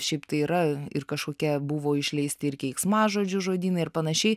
šeip tai yra ir kažkokia buvo išleisti ir keiksmažodžių žodynai ir panašiai